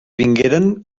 vingueren